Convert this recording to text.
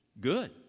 Good